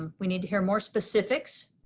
um we need to hear more specifics,